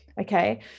Okay